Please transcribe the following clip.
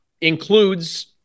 includes